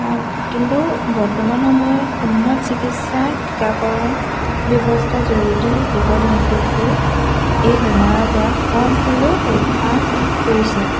কিন্তু বৰ্তমান সময়ত উন্নত চিকিৎসা টীকাকৰণ ব্যৱস্থাৰ জৰিয়তে জীৱ জন্তুবোৰ এই বেমাৰৰ পৰা কম হ'লেও ৰক্ষা পৰিছে